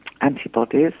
antibodies